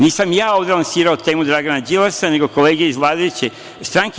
Nisam ja ovde lansirao temu Dragana Đilasa, nego kolege iz vladajuće stranke.